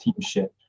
teamship